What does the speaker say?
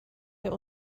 der